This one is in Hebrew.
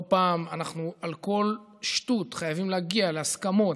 לא פעם אנחנו על כל שטות חייבים להגיע להסכמות,